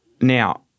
now